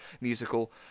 musical